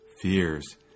Fears